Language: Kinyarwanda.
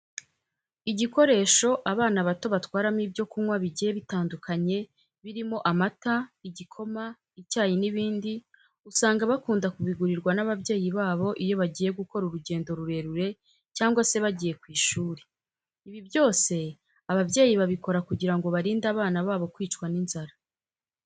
Igikoresho abana bato batwaramo ibyo kunywa bigiye bitandukanye birimo amata, igikoma, icyayi n'ibindi, usanga bakunda kubigurirwa n'ababyeyi babo iyo bagiye gukora urugendo rurerure cyangwa se bagiye ku ishuri. Ibi byose ababyeyi babikora kugira ngo barinde abana babo kwicwa n'inzara.